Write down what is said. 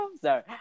Sorry